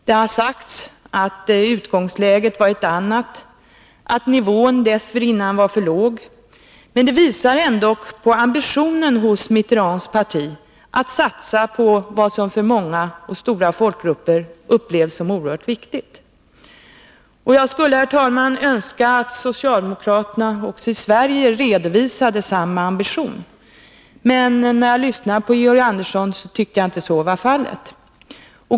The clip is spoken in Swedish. Det har sagts att utgångsläget var ett annat — att nivån dessförinnan var för låg — men det visar ändock på ambitionen hos Mitterrands parti att satsa på vad som av de stora folkgrupperna upplevs som oerhört viktigt. Jag skulle önska att socialdemokraterna i Sverige redovisade samma ambition. Men när jag lyssnade på Georg Andersson tyckte jag inte så var fallet.